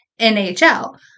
nhl